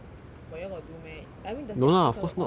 but you all got do meh I mean does he ask ask you all to on cam